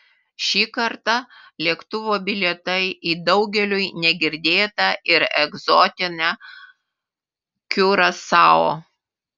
šį kartą lėktuvo bilietai į daugeliui negirdėtą ir egzotinę kiurasao